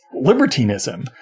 libertinism